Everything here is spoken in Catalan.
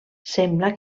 sembla